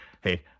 Hey